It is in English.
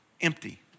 empty